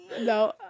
No